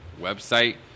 website